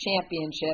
championship